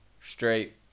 straight